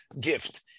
gift